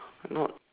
not